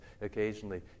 occasionally